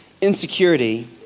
insecurity